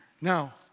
Now